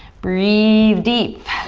breathe deep.